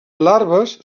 larves